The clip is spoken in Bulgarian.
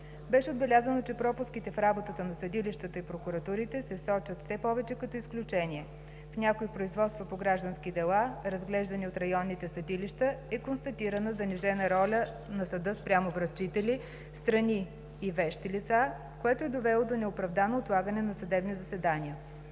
Беше отбелязано, че пропуските в работата на съдилищата и прокуратурите се сочат все повече като изключение. В някои производства по граждански дела, разглеждани от районните съдилища, е констатирана занижена роля на съда спрямо връчители, страни и вещи лица, което е довело до неоправдано отлагане на съдебни заседания.